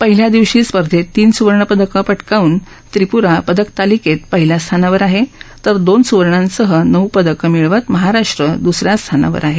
पहिल्या दिवशी स्पर्धेत तीन सुवर्णपदकं पटकावून त्रिपुरा पदकतालिकेत पहिल्या क्रमांकावर आहे तर दोन सुवर्णांसह एकूण नऊ पदकं मिळवून महाराष्ट्र दुसऱ्या स्थानावर आहे